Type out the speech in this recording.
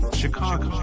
Chicago